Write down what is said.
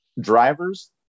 drivers